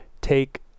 take